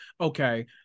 okay